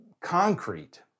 concrete